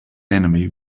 enemy